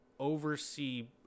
oversee